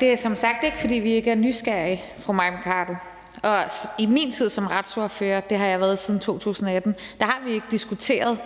Det er som sagt ikke, fordi vi ikke er nysgerrige, fru Mai Mercado, og i min tid som retsordfører – det har jeg været siden 2018 – har vi ikke diskuteret